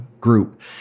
group